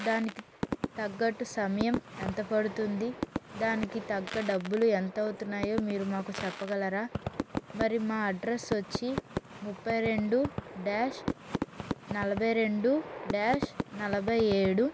దానికి తగ్గట్టు సమయం ఎంత పడుతుంది దానికి తగ్గ డబ్బులు ఎంత అవుతున్నాయో మీరు మాకు చెప్పగలరా మరి మా అడ్రస్ వచ్చి ముప్పై రెండు డ్యాష్ నలభై రెండు డ్యాష్ నలభై ఏడు